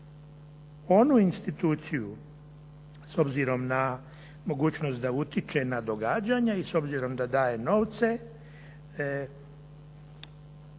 onu instituciju, s obzirom na mogućnost da utječe na događanja i s obzirom da daje novce,